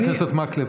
חבר הכנסת מקלב,